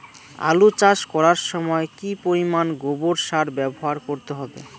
আলু চাষ করার সময় কি পরিমাণ গোবর সার ব্যবহার করতে হবে?